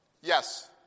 Yes